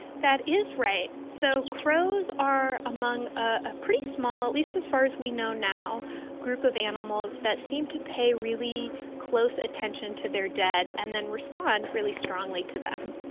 that is right. so crows are among a pretty small at least as far as we know now group of animals that seem to pay really close attention to their dead and then respond really strongly to them.